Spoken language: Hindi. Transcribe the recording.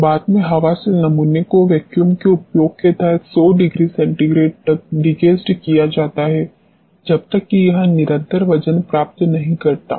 बाद में हवा से सूखे नमूने को वैक्यूम के उपयोग के तहत 100 ℃ तक डीगैसड किया जाता है जब तक कि यह एक निरंतर वजन प्राप्त नहीं करता है